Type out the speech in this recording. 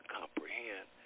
comprehend